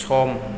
सम